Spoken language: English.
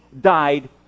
died